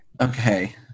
Okay